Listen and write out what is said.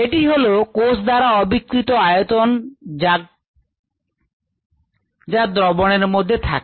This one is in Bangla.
এটি হলো কোষ দ্বারা অধিকৃত আয়তন যা দ্রবণের মধ্যে থাকে